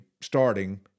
starting